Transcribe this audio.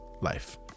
life